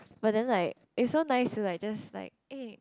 but then like it so nice lah it's just like